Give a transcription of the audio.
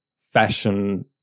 fashion